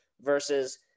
versus –